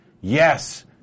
Yes